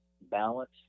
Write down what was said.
balance